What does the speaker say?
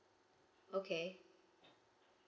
okay